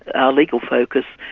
our legal focus,